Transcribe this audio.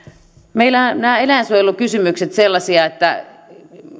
meillä nämä eläinsuojelukysymykset ovat sellaisia että